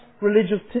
religious